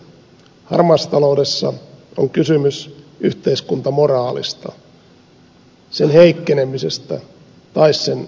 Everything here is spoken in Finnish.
harmaassa taloudessa on kysymys yhteiskuntamoraalista sen heikkenemisestä tai sen vahvistamisesta